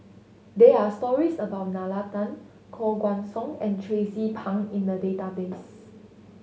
there are stories about Nalla Tan Koh Guan Song and Tracie Pang in the database